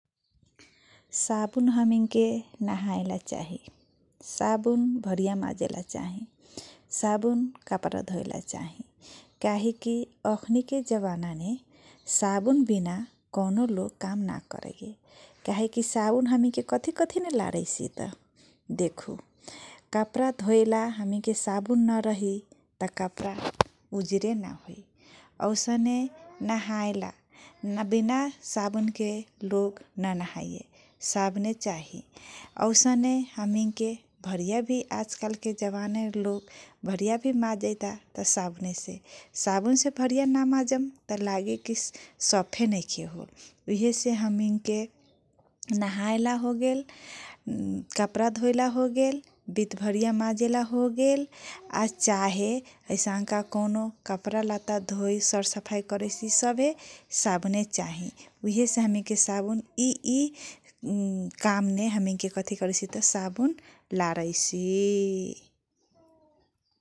साबुन हमैनके नाहाएला चाहि । साबुन भरिया माजेला चाहि । साबुन कपरा धोसला चाहि काहे कि अखुनीके जवानामे साबुन बिना कौनो लोग काम न करैये काहेकी साबुन हमैनके कथिकथिने तारैसी त देखु । कपरा धोएला हमैनके त कपरा उजरे ना होइ । औसने नाहाएला ना बिना साबुनको लोग न नाहाइये साबुने चाहि । औसने हमैनके भरिया भि आजकालके जवानामे भरिया भि मजैट बाते साबुने से । साबुनसे भरिया न माजम त लागि कि सफे नैखे होइल । इहेसे हमैनके नाहाएला होगेल, कपरा धोएला होगेल, बित भरिया माजेला होखेल आ चाहे ऐसन्का कौनो कपरा लाता धोइ सरसफाइ करैसी सभे साबुने चाहि । उहेसे हमैनके साबुन इइ काममे कथि करैसी त साबुन लारैसी ।